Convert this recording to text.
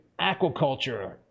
aquaculture